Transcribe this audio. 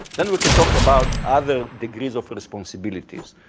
then we can talk about other degrees of responsibilities.